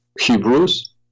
hebrews